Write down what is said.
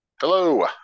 hello